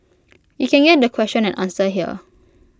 you can get the question and answer here